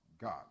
God